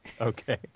Okay